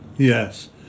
Yes